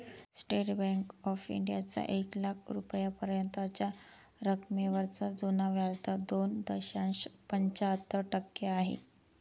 state bank of इंडियाचा एक लाख रुपयांपर्यंतच्या रकमेवरचा जुना व्याजदर दोन दशांश पंच्याहत्तर टक्के आहे